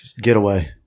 getaway